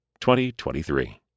2023